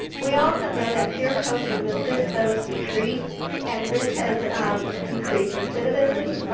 we also know that peer coaches assist those we treat and this has ah decreased recidivism,